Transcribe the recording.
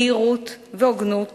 בהירות והוגנות